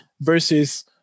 versus